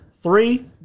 three